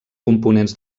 components